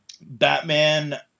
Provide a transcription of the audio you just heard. Batman –